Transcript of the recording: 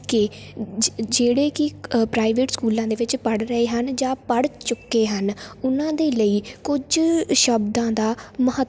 ਕਿ ਜਿ ਜਿਹੜੇ ਕਿ ਪ੍ਰਾਈਵੇਟ ਸਕੂਲਾਂ ਦੇ ਵਿੱਚ ਪੜ੍ਹ ਰਹੇ ਹਨ ਜਾਂ ਪੜ੍ਹ ਚੁੱਕੇ ਹਨ ਉਹਨਾਂ ਦੇ ਲਈ ਕੁਝ ਸ਼ਬਦਾਂ ਦਾ ਮਹੱਤ